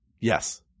Yes